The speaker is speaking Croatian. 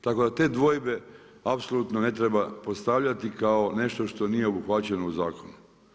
Tako da te dvojbe apsolutno ne treba postavljati kao nešto što nije obuhvaćeno u zakonu.